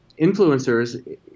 influencers